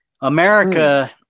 America